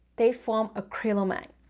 they form acrylamide.